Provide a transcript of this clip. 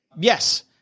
Yes